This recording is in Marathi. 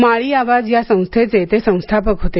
माळी आवाज या संस्थेचे ते संस्थापक होते